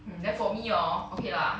then for me orh okay lah